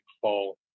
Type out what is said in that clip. fall